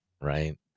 right